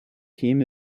team